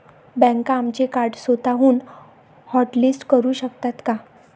बँका आमचे कार्ड स्वतःहून हॉटलिस्ट करू शकतात का?